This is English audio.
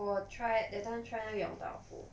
我 try that time try 那个 yong tau foo